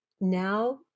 now